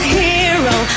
hero